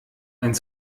ein